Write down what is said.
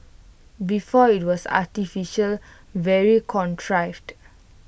before IT was artificial very contrived